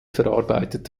verarbeitet